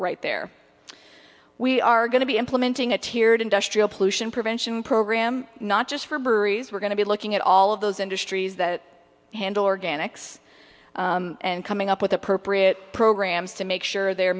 right there we are going to be implementing a tiered industrial pollution prevention program not just for breweries we're going to be looking at all of those industries that handle organics and coming up with appropriate programs to make sure they're